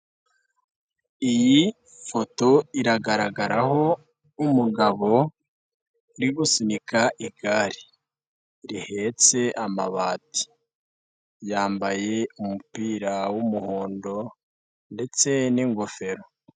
Iyi foto iragaragaraho umugabo uri gusunika igare, rihetse amabati, yambaye umupira w'umuhondo ndetse n'ingofero.